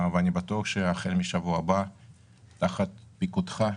אני בטוח שהחל מהשבוע הבא כולנו נתגייס תחת פיקודך.